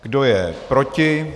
Kdo je proti?